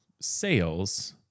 sales